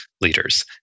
leaders